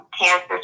cancer